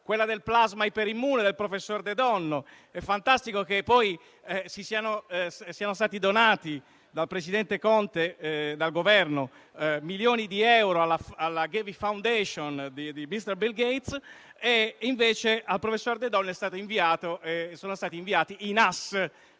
quella del plasma iperimmune del professor De Donno; è fantastico che poi siano stati donati dal presidente Conte e dal Governo milioni di euro alla Gavi Foundation di *mister* Bill Gates, mentre invece al professor De Donno sono stati inviati i NAS.